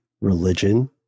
religion